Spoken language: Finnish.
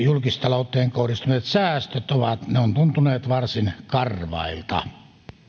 julkistalouteen kohdistuneet säästöt ovat tuntuneet varsin karvailta